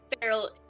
Feral